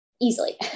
easily